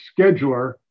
scheduler